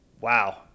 wow